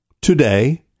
today